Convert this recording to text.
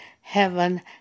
heaven